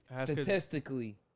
statistically